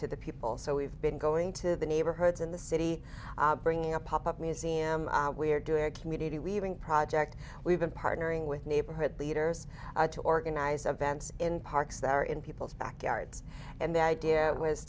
to the people so we've been going to the neighborhoods in the city bringing a pop up museum we're doing a community leaving project we've been partnering with neighborhood leaders to organize events in parks that are in people's backyards and the idea was